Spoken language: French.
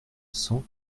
cent